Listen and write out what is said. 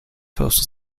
postal